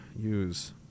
use